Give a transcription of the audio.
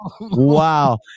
Wow